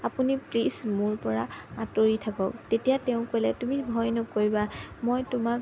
আপুনি প্লিজ মোৰ পৰা আঁতৰি থাকক তেতিয়া তেওঁ ক'লে তুমি ভয় নকৰিবা মই তোমাক